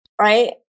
Right